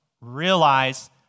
Realize